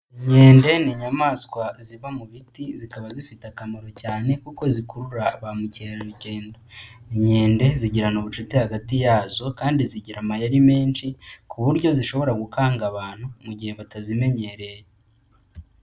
Inkende ni inyamaswa ziba mu biti zikaba zifite akamaro cyane kuko zikurura ba mukerarugendo, inkende zigirana ubucuti hagati yazo kandi zigira amayeri menshi ku buryo zishobora gukanga abantu mu gihe batazimenyereye.